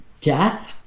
death